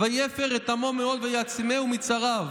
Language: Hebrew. ויפר את עמו מאד ויעצמנו מצריו.